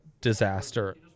disaster